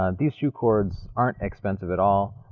ah these shoe cords aren't expensive at all,